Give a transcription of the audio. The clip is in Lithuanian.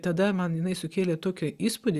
tada man jinai sukėlė tokią įspūdį